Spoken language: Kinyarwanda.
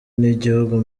nigihugu